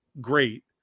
great